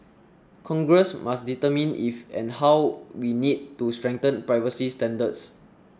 congress must determine if and how we need to strengthen privacy standards